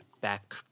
back